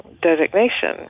designation